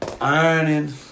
ironing